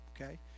okay